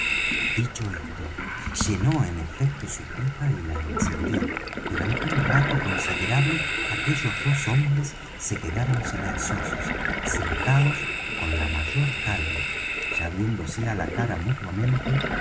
dicho esto llenó en efecto su pipa y la encendió durante un rato considerable aquellos dos hombres se quedaron silenciosos sentados con la mayor calma ya viéndose á la cara mutuamente